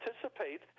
participate